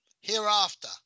Hereafter